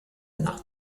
nach